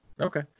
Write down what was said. Okay